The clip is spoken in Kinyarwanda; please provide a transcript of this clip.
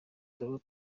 turaba